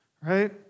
right